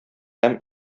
һәм